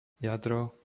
jadro